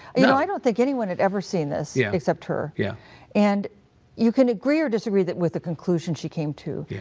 you know, i don't think anyone had ever seen this yeah except her. yeah and you can agree or disagree with the conclusion she came to,